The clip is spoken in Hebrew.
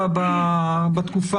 פניך.